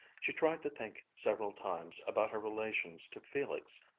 she tried to think several times, about her relations to felix,